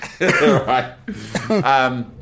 Right